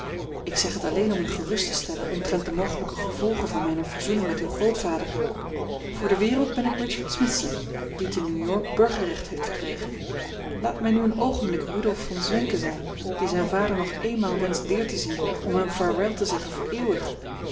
ik zeg het alleen om u gerust te stellen omtrent de mogelijke gevolgen van mijne verzoening met uw grootvader voor de wereld ben ik richard smithson die te new-york burgerrecht heeft verkregen laat mij nu een oogenblik rudolf von zwenken zijn die zijn vader nog eenmaal wenscht weer te zien om hem vaarwel te zeggen voor eeuwig